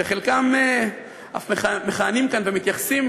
שחלקם אף מכהנים כאן ומתייחסים